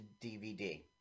DVD